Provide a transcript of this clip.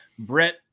Brett